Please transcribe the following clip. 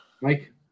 Mike